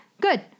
good